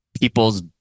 people's